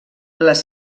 les